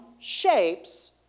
shapes